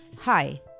Hi